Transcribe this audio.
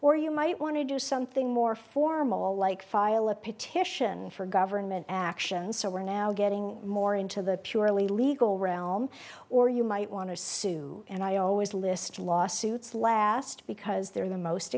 or you might want to do something more formal like file a petition for government action so we're now getting more into the purely legal realm or you might want to sue and i always list lawsuits last because they're the most